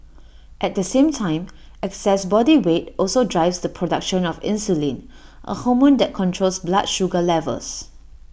at the same time excess body weight also drives the production of insulin A hormone that controls blood sugar levels